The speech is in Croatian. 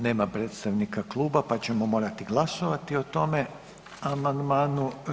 Nema predstavnika kluba pa ćemo morati glasovati o tome amandmanu.